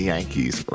Yankees